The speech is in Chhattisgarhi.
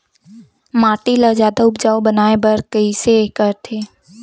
माटी ला जादा उपजाऊ बनाय बर कइसे करथे?